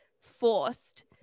forced